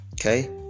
Okay